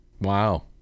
Wow